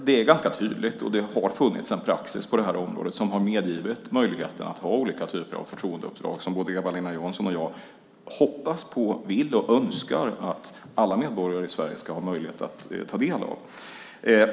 Det är ganska tydligt att det har funnits en praxis på det här området som har medgivit möjligheten att ha olika typer av förtroendeuppdrag, som både Eva-Lena Jansson och jag hoppas på, vill och önskar att alla medborgare i Sverige ska ha möjlighet att ta del av.